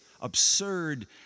absurd